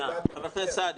חבר הכנסת סעדי,